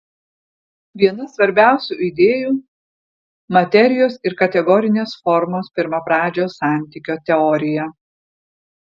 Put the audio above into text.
viena svarbiausių idėjų materijos ir kategorinės formos pirmapradžio santykio teorija